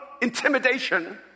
intimidation